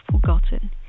forgotten